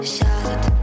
Shout